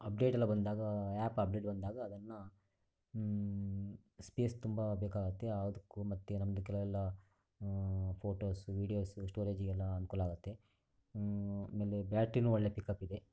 ಅಪ್ಡೇಟೆಲ್ಲ ಬಂದಾಗ app update ಬಂದಾಗ ಅದನ್ನು ಸ್ಪೇಸ್ ತುಂಬ ಬೇಕಾಗುತ್ತೆ ಯಾವ್ದಕ್ಕೂ ಮತ್ತೆ ನಮ್ದು ಕೆಲವೆಲ್ಲ ಫೋಟೋಸು ವೀಡಿಯೋಸು ಸ್ಟೋರೇಜಿಗೆಲ್ಲ ಅನುಕೂಲ ಆಗುತ್ತೆ ಆಮೇಲೆ ಬ್ಯಾಟ್ರಿನು ಒಳ್ಳೆಯ ಪಿಕಪ್ ಇದೆ